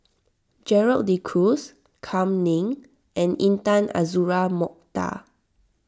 Gerald De Cruz Kam Ning and Intan Azura Mokhtar